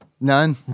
None